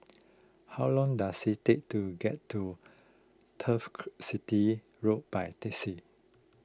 how long does it take to get to Turf City Road by taxi